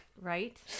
right